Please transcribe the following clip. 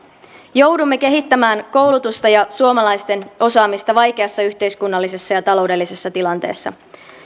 joudumme kehittämään koulutusta ja suomalaisten osaamista vaikeassa yhteiskunnallisessa ja taloudellisessa tilanteessa